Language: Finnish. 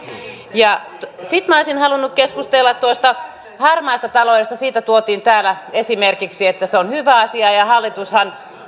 sitten minä olisin halunnut keskustella harmaasta taloudesta siitä tuotiin täällä esimerkiksi että se on hyvä asia ja ja hallitushan